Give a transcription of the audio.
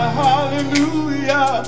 hallelujah